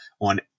on